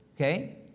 Okay